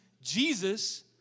Jesus